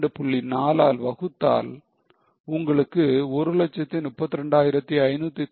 4 ஆல் வகுத்தால் உங்களுக்கு 132596 கிடைக்கும்